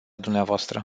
dvs